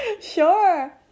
Sure